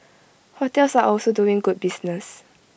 hotels are also doing good business